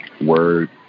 word